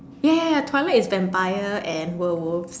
ya ya ya twilight is Vampire and werewolf